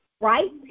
right